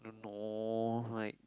no like